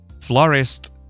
florist